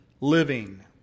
living